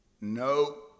No